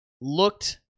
looked